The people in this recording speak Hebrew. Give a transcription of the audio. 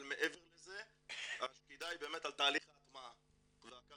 אבל מעבר לזה השקידה היא באמת על תהליך ההטמעה וההכרה